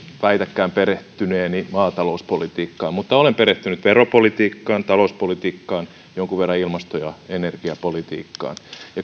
väitäkään perehtyneeni maatalouspolitiikkaan mutta olen perehtynyt veropolitiikkaan talouspolitiikkaan jonkun verran ilmasto ja energiapolitiikkaan